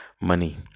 money